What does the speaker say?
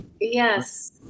yes